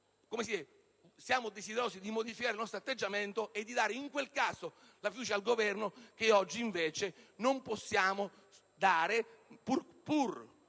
poiché siamo desiderosi di modificare il nostro atteggiamento e di dare in quel caso la fiducia al Governo; fiducia che oggi invece non possiamo dare per